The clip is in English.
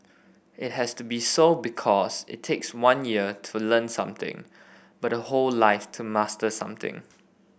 it has to be so because it takes one year to learn something but a whole life to master something